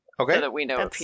Okay